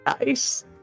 Nice